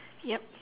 yup